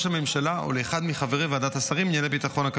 הממשלה או לאחד מחברי ועדת השרים לענייני ביטחון,